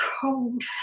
cold